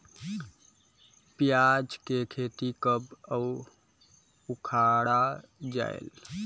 पियाज के खेती कब अउ उखाड़ा जायेल?